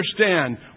understand